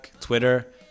Twitter